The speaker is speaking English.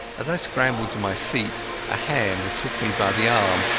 as i scrambled to my feet a hand took me by the arm,